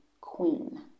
queen